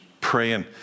praying